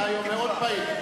אתה היום מאוד פעיל.